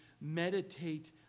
meditate